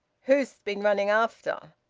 who'st been running after?